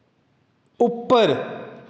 उप्पर